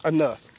Enough